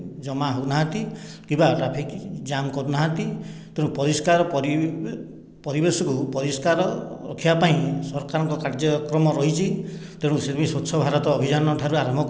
ଜମା ହେଉନାହାନ୍ତି କିମ୍ବା ଟ୍ରାଫିକ ଜାମ କରୁନାହାନ୍ତି ତେଣୁ ପରିଷ୍କାର ପରିବେଶକୁ ପରିଷ୍କାର ରଖିବା ପାଇଁ ସରକାରଙ୍କ କାର୍ଯ୍ୟକ୍ରମ ରହିଛି ତେଣୁ ସେ ବି ସ୍ୱଚ୍ଛ ଭାରତ ଅଭିଯାନଠାରୁ ଆରମ୍ଭ କରି